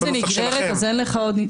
אם זה נגררת אז אין לך עוד.